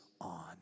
on